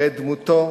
הרי דמותו,